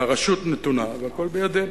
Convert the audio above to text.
הרשות נתונה והכול בידינו.